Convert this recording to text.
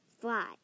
fly